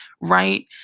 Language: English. right